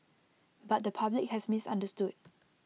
but the public has misunderstood